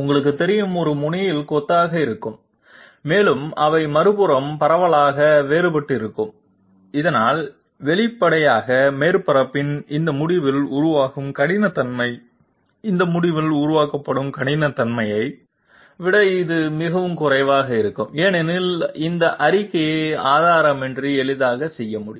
உங்களுக்குத் தெரியும் ஒரு முனையில் கொத்தாக இருக்கும் மேலும் அவை மறுபுறம் பரவலாக வேறுபட்டு இருக்கும் இதனால் வெளிப்படையாக மேற்பரப்பின் இந்த முடிவில் உருவாகும் கடினத்தன்மை இந்த முடிவில் உருவாக்கப்படும் கடினத்தன்மையை விட இது மிகவும் குறைவாக இருக்கும் ஏனெனில் இந்த அறிக்கையை ஆதாரமின்றி எளிதாக செய்ய முடியும்